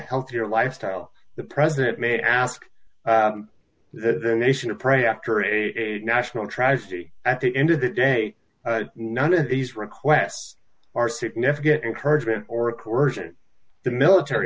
healthier lifestyle the president may ask the nation to pray after a national tragedy at the end of the day none of these requests are significant encouragement or a course in the military